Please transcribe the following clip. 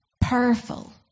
powerful